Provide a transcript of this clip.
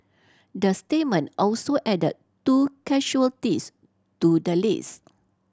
the statement also added two to the list